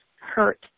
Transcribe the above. hurt